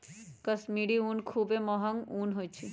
कश्मीरी ऊन खुब्बे महग ऊन होइ छइ